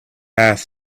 path